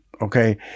Okay